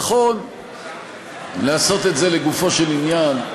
נכון לעשות את זה לגופו של עניין,